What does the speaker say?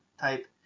type